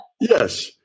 yes